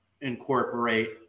incorporate